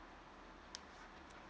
oh